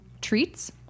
treats